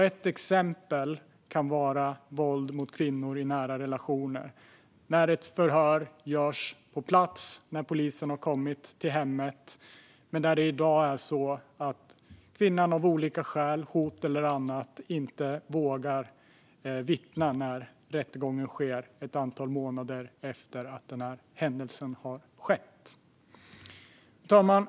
Ett exempel kan vara våld mot kvinnor i nära relationer när ett förhör genomförs på plats när polisen har kommit till hemmet. I dag kan det vara så att kvinnan av olika skäl, hot eller annat, inte vågar vittna när rättegången sker ett antal månader efter det att händelsen har inträffat. Fru talman!